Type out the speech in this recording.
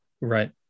Right